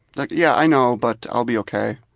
like yeah, i know, but i'll be ok.